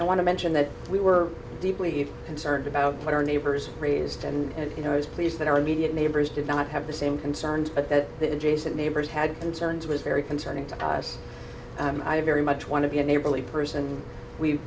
i want to mention that we were deeply concerned about but our neighbors raised and you know i was pleased that our immediate neighbors did not have the same concerns but that the adjacent neighbors had concerns was very concerning to us and i very much want to be a neighborly person we